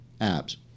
ABS